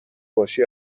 باشی